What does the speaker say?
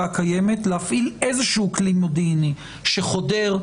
הקיימת להפעיל איזשהו כלי מודיעיני שחודר,